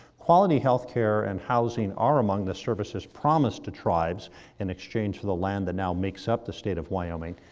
quality healthcare and housing are among the services promised to tribes in exchange for the land that now makes up the state of wyoming.